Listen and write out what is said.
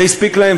זה הספיק להם.